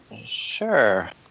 Sure